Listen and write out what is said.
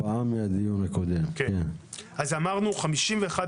יש חמישה